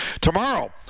Tomorrow